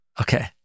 Okay